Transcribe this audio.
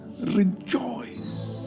rejoice